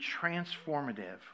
transformative